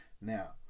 Now